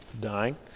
dying